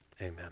Amen